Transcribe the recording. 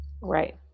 right